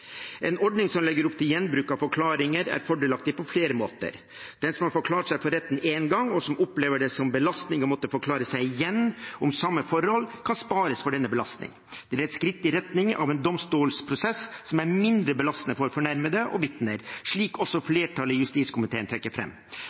En ordning som legger opp til gjenbruk av forklaringer, er fordelaktig på flere måter. Den som har forklart seg for retten én gang, og som opplever det som en belastning å måtte forklare seg igjen om samme forhold, kan spares for denne belastningen. Det er et skritt i retning av en mindre belastende domstolprosess for fornærmede og vitner, slik også flertallet i justiskomiteen trekker